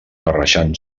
barrejant